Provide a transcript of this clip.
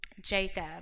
Jacob